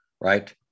right